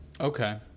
Okay